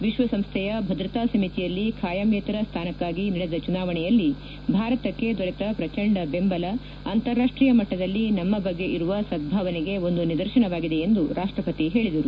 ವಿಶ್ವ ಸಂಸ್ಥೆಯ ಭದ್ರತಾ ಸಮಿತಿಯಲ್ಲಿ ಖಾಯಂಯೇತರ ಸ್ನಾನಕ್ನಾಗಿ ನಡೆದ ಚುನಾವಣೆಯಲ್ಲಿ ಭಾರತಕ್ಕೆ ದೊರೆತ ಪ್ರಚಂಡ ಬೆಂಬಲ ಅಂತಾರಾಷ್ಷೀಯ ಮಟ್ಟದಲ್ಲಿ ನಮ್ನ ಬಗ್ಗೆ ಇರುವ ಸದ್ದಾವನೆಗೆ ಒಂದು ನಿದರ್ಶನವಾಗಿದೆ ಎಂದು ರಾಷ್ಟಪತಿ ಹೇಳಿದರು